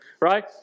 right